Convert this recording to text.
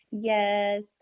Yes